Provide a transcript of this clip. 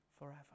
forever